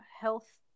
health